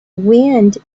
wind